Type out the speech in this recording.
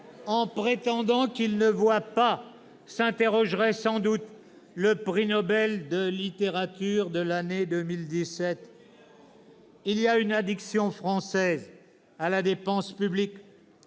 en prétendant qu'il ne voit pas ?", s'interrogerait sans doute le prix Nobel de littérature de l'année 2016 ...« Il y a une addiction française à la dépense publique.